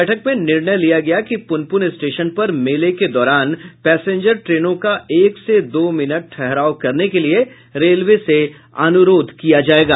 बैठक में निर्णय लिया गया कि पुनपुन स्टेशन पर मेला के दौरान पैसेंजन ट्रेनों का एक से दो मिनट ठहराव करने के लिए रेलवे से अनुरोध किया जायेगा